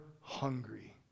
hungry